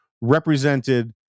represented